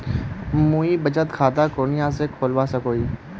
मुई बचत खता कुनियाँ से खोलवा सको ही?